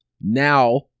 now